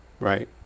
Right